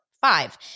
Five